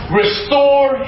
restore